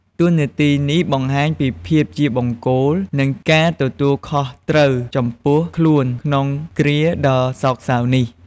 តួនាទីនេះបង្ហាញពីភាពជាបង្គោល និងការទទួលខុសត្រូវរបស់ខ្លួនក្នុងគ្រាដ៏សោកសៅនេះ។